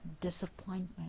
disappointment